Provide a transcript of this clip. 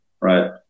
right